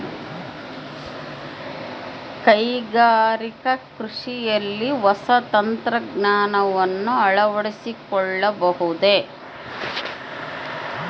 ಕೈಗಾರಿಕಾ ಕೃಷಿಯಲ್ಲಿ ಹೊಸ ತಂತ್ರಜ್ಞಾನವನ್ನ ಅಳವಡಿಸಿಕೊಳ್ಳಬಹುದೇ?